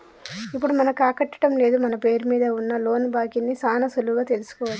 ఇప్పుడు మనకాకట్టం లేదు మన పేరు మీద ఉన్న లోను బాకీ ని సాన సులువుగా తెలుసుకోవచ్చు